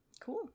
Cool